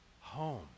home